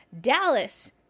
Dallas